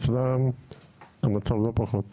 אצלם המצב לא פחות חמור,